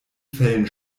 fällen